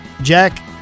Jack